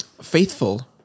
faithful